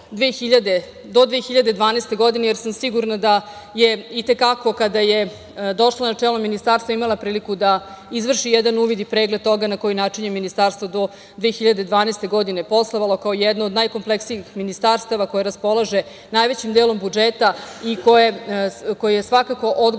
do 2012. godine, jer sam sigurna da je i te kako kada je došla na čelo ministarstva imala priliku da izvrši jedan uvid i pregled toga na koji način je ministarstvo do 2012. godine poslovalo, kao jedno od najkompleksnijih ministarstava koje raspolaže najvećim delom budžeta i koje je svakako odgovoran